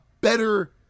better